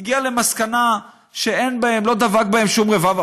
הגיעה למסקנה שלא דבק בהם שום רבב,